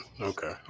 Okay